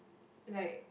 like